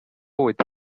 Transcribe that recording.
with